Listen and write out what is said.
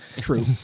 True